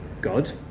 God